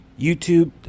YouTube